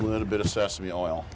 little bit of sesame oil